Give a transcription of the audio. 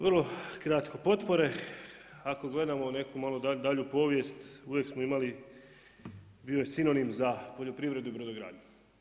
Vrlo kratko, potpore, ako gledamo u neku malo dalju povijest, uvijek smo imali, bio je sinonim za poljoprivredu i brodogradnju.